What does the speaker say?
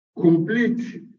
complete